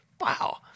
wow